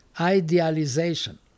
idealization